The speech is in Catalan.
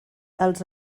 els